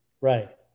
Right